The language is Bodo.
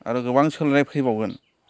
आरो गोबां सोलायनाय फैबावगोन